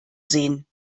sehen